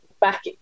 back